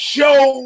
Show